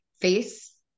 face